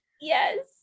Yes